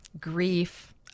grief